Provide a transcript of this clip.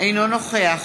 אינו נוכח